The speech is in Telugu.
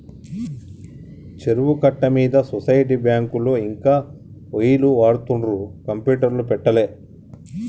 చెరువు కట్ట మీద సొసైటీ బ్యాంకులో ఇంకా ఒయ్యిలు వాడుతుండ్రు కంప్యూటర్లు పెట్టలే